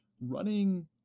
running